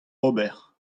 ober